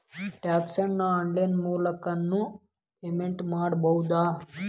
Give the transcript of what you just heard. tax ನ online ಮೂಲಕನೂ payment ಮಾಡಬೌದು